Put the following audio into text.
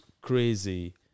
crazy